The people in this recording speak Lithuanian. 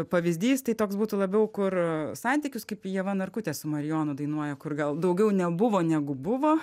pavyzdys tai toks būtų labiau kur santykius kaip ieva narkutė su marijonu dainuoja kur gal daugiau nebuvo negu buvo